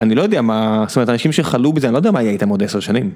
אני לא יודע מה, זאת אומרת אנשים שחלו בזה, אני לא יודע מה יהיה איתם עוד עשר שנים.